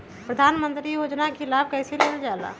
प्रधानमंत्री योजना कि लाभ कइसे लेलजाला?